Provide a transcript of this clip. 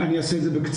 אני אעשה את זה בקצרה,